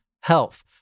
health